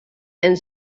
and